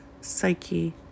psyche